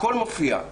הכול מופיע.